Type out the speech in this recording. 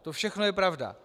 To všechno je pravda.